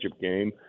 game